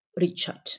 Richard